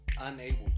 unable